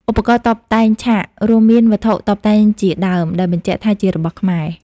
ឧបករណ៍តុបតែងឆាក រួមមានវត្ថុតុបតែងជាដើមដែលបញ្ជាក់ថាជារបស់ខ្មែរ។